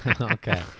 Okay